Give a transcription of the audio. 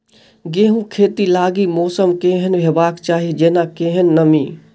गेंहूँ खेती लागि मौसम केहन हेबाक चाहि जेना केहन नमी?